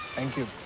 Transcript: thank you.